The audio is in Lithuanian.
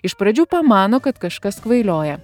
iš pradžių pamano kad kažkas kvailioja